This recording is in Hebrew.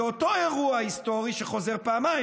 זה אותו אירוע היסטורי שחוזר פעמיים.